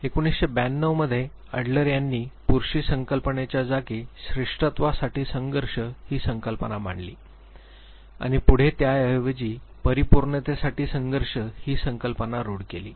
1912 मध्ये एडलर यांनी पुरुषी संकल्पनेच्या जागी श्रेष्ठत्वासाठी संघर्ष ही संकल्पना मांडली आणि पुढे त्याऐवजी परिपूर्णतेसाठी संघर्ष ही संकल्पना रूढ केली